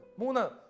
Muna